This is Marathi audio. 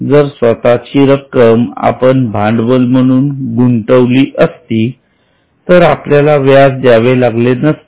जर स्वतःची रक्कम आपण भांडवल म्हणून गुंतवली असती तर आपल्याला व्याज द्यावे लागले असते